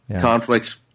conflicts